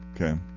okay